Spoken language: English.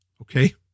okay